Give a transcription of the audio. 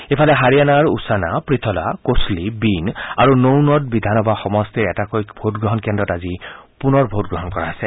ইফালেহাৰিয়ানাৰ উচানা প্ৰিথ্লা কোচ্লি বিন আৰু নৌনৰ্ড বিধানসভা সমষ্টিৰ এটাকৈ ভোটগ্ৰহণ কেন্দ্ৰত আজি পুনৰ ভোটগ্ৰহণ কৰা হৈছে